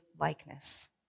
likeness